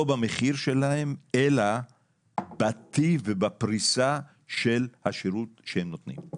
לא במחיר שלהן אלא בטיב ובפריסה של השירות שהן נותנות.